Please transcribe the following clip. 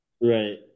Right